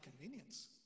convenience